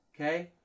Okay